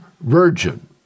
virgin